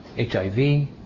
HIV